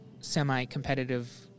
Semi-competitive